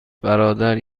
برادر